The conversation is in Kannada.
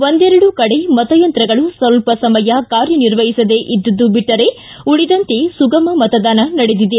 ಒಂದೆರೆಡು ಕಡೆ ಮತಯಂತ್ರಗಳು ಸ್ವಲ್ಪ ಸಮಯ ಕಾರ್ಯನಿರ್ವಹಿಸದೇ ಇದ್ದುದು ಬಿಟ್ಟರೆ ಉಳಿದಂತೆ ಶಾಂತಿಯುತ ಮತದಾನ ನಡೆದಿದೆ